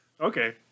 Okay